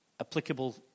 applicable